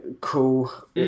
cool